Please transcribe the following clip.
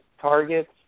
targets